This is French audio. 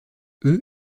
eux